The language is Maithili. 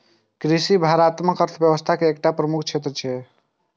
कृषि भारतक अर्थव्यवस्था के एकटा प्रमुख क्षेत्र छियै